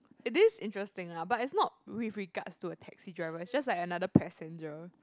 this is interesting lah but it's not with regards to a taxi driver it's just like another passenger